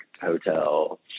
hotel